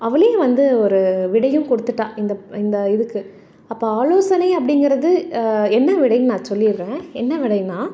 அவளே வந்து ஒரு விடையும் கொடுத்துட்டா இந்த இந்த இதுக்கு அப்போ ஆலோசனை அப்படிங்கிறது என்ன விடைன்னு நான் சொல்லிடறேன் என்ன விடைனால்